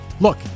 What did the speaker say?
look